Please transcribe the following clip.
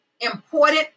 important